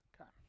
Okay